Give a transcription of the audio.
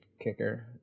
kicker